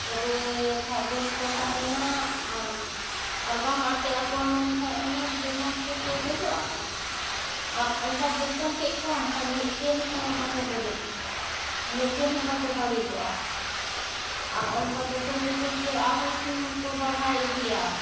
ᱛᱚᱵᱮ ᱠᱷᱟᱱ ᱵᱮᱥ ᱠᱚ ᱛᱟᱦᱮᱱᱟ ᱟᱨ ᱟᱨ ᱵᱟᱢ ᱟᱴᱮᱫ ᱟᱠᱚᱣᱟ ᱢᱮᱱᱠᱷᱟᱱ ᱚᱱᱮ ᱵᱮᱢᱟᱨ ᱛᱮᱠᱚ ᱜᱚᱡᱚᱜ ᱟᱠᱚ ᱟᱨ ᱚᱱᱠᱟ ᱡᱚᱛᱚᱱ ᱠᱮᱜ ᱠᱚᱣᱟᱢ ᱠᱷᱟᱱ ᱢᱤᱫᱴᱮᱱ ᱦᱚᱸ ᱵᱟᱠᱚ ᱜᱚᱡᱚᱜ ᱛᱟᱢᱟ ᱢᱤᱫᱴᱮᱱ ᱦᱚᱸ ᱵᱟᱠᱚ ᱵᱟᱹᱲᱤᱡᱚᱜᱼᱟ ᱟᱨ ᱚᱱᱠᱟ ᱡᱚᱛᱚᱱ ᱡᱚᱛᱚᱱ ᱛᱮ ᱟᱨᱦᱚᱸ ᱥᱤᱢ ᱠᱚ ᱵᱟᱲᱦᱟᱣ ᱤᱫᱤᱜᱼᱟ